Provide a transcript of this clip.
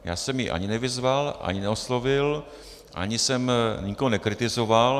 Já jsem ji ani nevyzval, ani neoslovil, ani jsem nikoho nekritizoval.